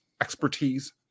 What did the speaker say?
expertise